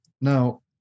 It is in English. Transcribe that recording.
Now